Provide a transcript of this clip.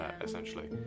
essentially